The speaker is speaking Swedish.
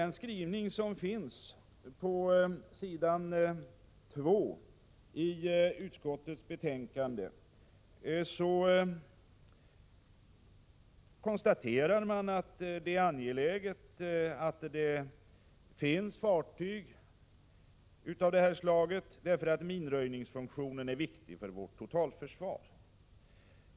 I skrivningen på s. 2 i utskottets betänkande konstaterar man att det är angeläget att det finns fartyg av det här slaget, eftersom minröjningsfunktionen är viktig för vårt totalförsvar.